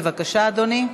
בבקשה, אדוני,